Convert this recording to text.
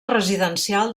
residencial